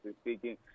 speaking